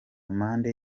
amande